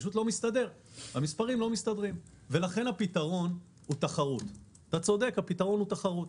אתה צודק, הפתרון הוא תחרות,